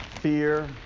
fear